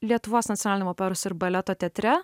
lietuvos nacionaliniam operos ir baleto teatre